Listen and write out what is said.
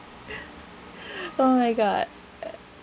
oh my god